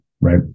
right